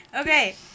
Okay